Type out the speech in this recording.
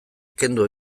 kendu